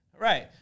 Right